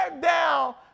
down